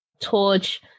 torch